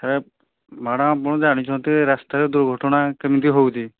sir madam ଆପଣ ଜାଣିଛନ୍ତି ରାସ୍ତାରେ ଦୁର୍ଘଟଣା କେମିତି ହେଉଛି